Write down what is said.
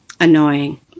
annoying